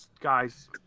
Guys